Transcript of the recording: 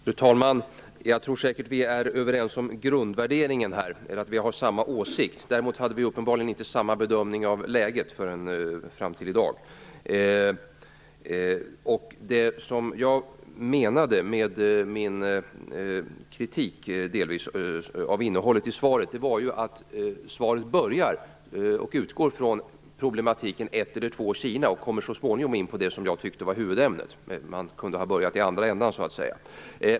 Fru talman! Jag tror säkert att vi är överens om grundvärderingen. Vi har samma åsikt. Däremot hade vi uppenbarligen inte gjort samma bedömning av läget fram till i dag. Det som jag menade med min kritik av innehållet var att man i svaret utgår från problematiken ett eller två Kina och så småningom kommer till det som jag tyckte var huvudämnet. Jag tycker att man kunde ha börjat i andra ändan.